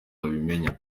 babimenya